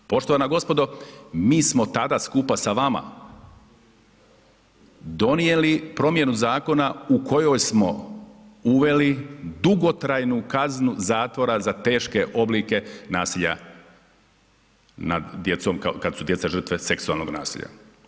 Poštovana gospodo mi smo tada skupa sa vama donijeli promjenu zakonu u kojoj smo uveli dugotrajnu kaznu zatvora za teške oblike nasilja nad djecom kad su djeca žrtve seksualnog nasilja.